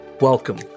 Welcome